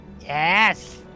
Yes